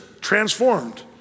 transformed